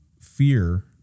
fear